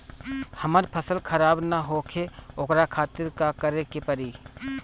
हमर फसल खराब न होखे ओकरा खातिर का करे के परी?